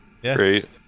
Great